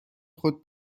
خود